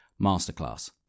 masterclass